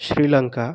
Sri Lanka